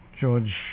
George